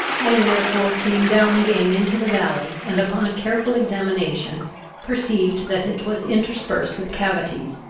i therefore came down again into the valley, and upon a careful examination perceived that it was interspersed with cavities,